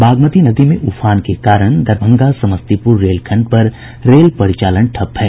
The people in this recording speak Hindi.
बागमती नदी में उफान के कारण दरभंगा समस्तीपुर रेलखंड पर रेल परिचालन ठप है